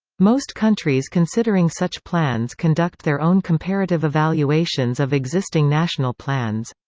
most countries considering such plans conduct their own comparative evaluations of existing national plans.